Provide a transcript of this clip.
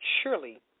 Surely